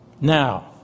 Now